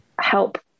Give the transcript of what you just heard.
help